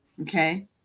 Okay